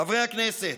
חברי הכנסת,